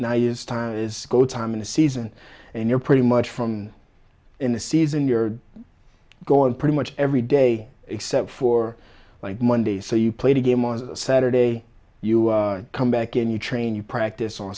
now is time is go time in the season and you're pretty much from in the season you're going pretty much every day except for like monday so you played a game on saturday you come back and you train you practice on